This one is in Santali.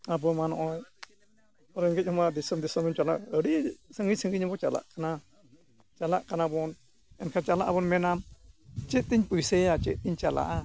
ᱟᱵᱚ ᱢᱟ ᱱᱚᱜᱼᱚᱭ ᱨᱮᱸᱜᱮᱡ ᱦᱚᱲ ᱢᱟ ᱫᱤᱥᱚᱢ ᱫᱤᱥᱚᱢ ᱮᱢ ᱪᱟᱞᱟᱜ ᱟᱹᱰᱤ ᱥᱟᱺᱜᱤᱧ ᱥᱟᱺᱜᱤᱧ ᱦᱚᱸᱵᱚᱱ ᱪᱟᱞᱟᱜ ᱠᱟᱱᱟ ᱪᱟᱞᱟᱜ ᱠᱟᱱᱟ ᱵᱚᱱ ᱮᱱᱠᱷᱟᱱ ᱪᱟᱞᱟᱜ ᱟᱵᱚᱱ ᱢᱮᱱᱟᱢ ᱪᱮᱫ ᱛᱤᱧ ᱯᱚᱭᱥᱟᱭᱟ ᱪᱮᱫ ᱛᱤᱧ ᱪᱟᱞᱟᱜᱼᱟ